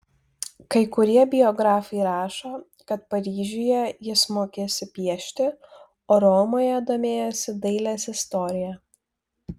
kai kurie biografai rašo kad paryžiuje jis mokėsi piešti o romoje domėjosi dailės istorija